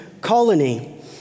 colony